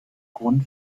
grund